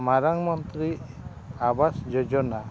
ᱢᱟᱨᱟᱝ ᱢᱚᱱᱛᱨᱤ ᱟᱵᱟᱥ ᱡᱳᱡᱚᱱᱟ